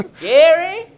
Gary